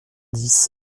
dix